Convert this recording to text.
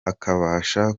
akabasha